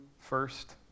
first